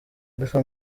gusa